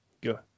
go